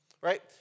Right